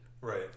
Right